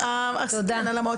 עומד.